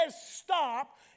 stop